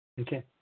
Okay